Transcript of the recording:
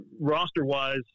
roster-wise